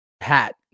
hat